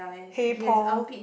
hey Paul